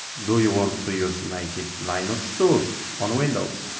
do you want to use native linux tools on windows?